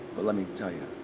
but let me tell ya